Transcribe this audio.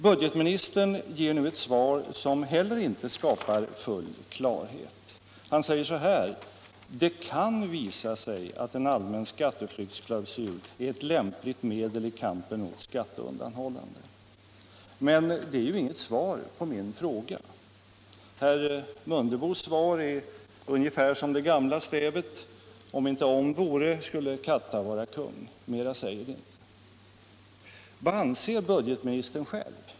Budgetministern ger nu ett svar som heller inte skapar full klarhet. Han säger så här: ”Det kan visa sig att en allmän skatteflyktsklausul är ett lämpligt medel i kampen mot skatteundanhållande.” Men det är ju inget svar på min fråga. Herr Mundebos svar är ungefär som det gamla stävet ”om inte om vore så skulle katta vara kung”. Mer säger det inte. Vad anser budgetministern själv?